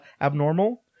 abnormal